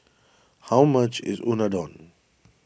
how much is Unadon